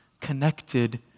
Connected